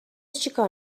چیکار